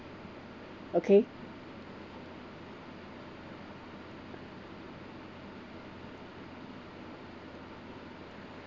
okay